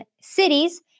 cities